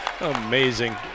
Amazing